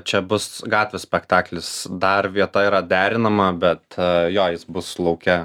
čia bus gatvės spektaklis dar vieta yra derinama bet jo jis bus lauke